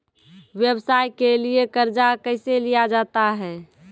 व्यवसाय के लिए कर्जा कैसे लिया जाता हैं?